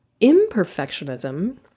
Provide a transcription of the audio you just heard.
imperfectionism